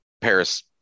Paris